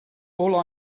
all